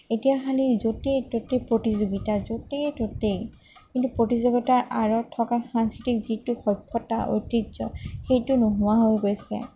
এতিয়া খালী য'তেই ত'তেই প্ৰতিযোগীতা য'তেই ত'তেই কিন্তু প্ৰতিযোগীতাৰ আঁৰত থকা সাংস্কৃতিক যিটো সভ্য়তা ঐতিহ্য সেইটো নোহোৱা হৈ গৈছে